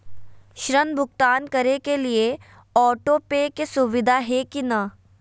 ऋण भुगतान करे के लिए ऑटोपे के सुविधा है की न?